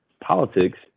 politics